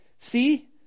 See